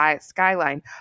skyline